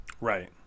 Right